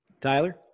tyler